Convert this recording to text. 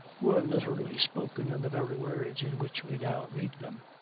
were literally spoken in the very words in which we now read them.